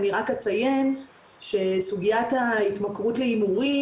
אני רק אציין שסוגיית ההתמכרות להימורים